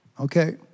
Okay